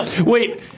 Wait